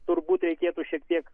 turbūt reikėtų šiek tiek